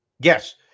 Yes